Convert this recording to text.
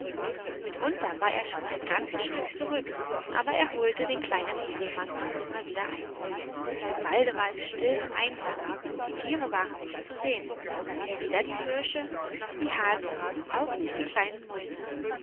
mitunter war er ein ganzes stück zurück aber er holte den kleinen häwelmann doch immer wieder ein im walde war es still und einsam die tiere waren nicht zu sehen weder die hirsche noch die hasen auch nicht die kleinen mäuse